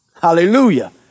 Hallelujah